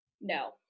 No